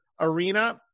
arena